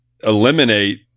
eliminate